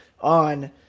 on